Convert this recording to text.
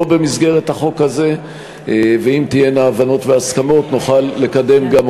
במסגרת ההצעה הזאת הצענו לבצע כמה התאמות שנוגעות להוראות